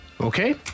okay